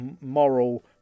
moral